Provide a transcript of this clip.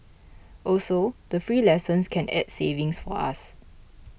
also the free lessons can add savings for us